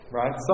right